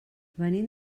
venim